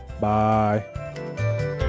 Bye